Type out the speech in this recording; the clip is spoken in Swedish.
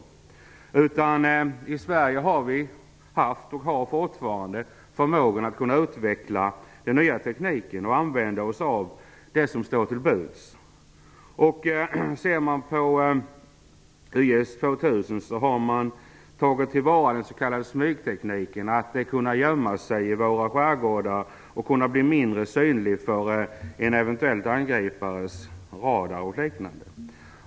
I Sverige har vi haft och har fortfarande förmåga att utveckla den nya tekniken och använda oss av de möjligheter som står till buds. I YS 2000 har man tagit till vara den s.k. smygtekniken, som tar vara på möjligheterna att gömma sig i våra skärgårdar, att bli mindre synlig på en eventuell angripares radar osv.